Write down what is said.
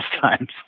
times